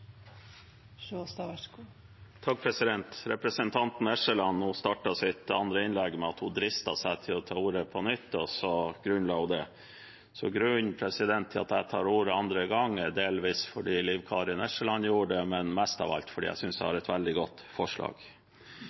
Representanten Eskeland startet sitt andre innlegg med at hun dristet seg til å ta ordet på nytt, og så grunnla hun det. Grunnen til at jeg tar ordet for andre gang, er delvis fordi Liv Kari Eskeland gjorde det, men mest av alt fordi jeg synes jeg har et veldig godt forslag.